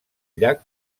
llac